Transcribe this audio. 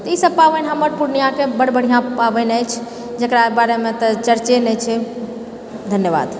तऽ ई सब पाबनि हमर पूर्णिया बड्ड बढ़िआँ पाबनि अछि जकरा बारेमे तऽ चर्चे नहि छै धन्यवाद